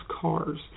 cars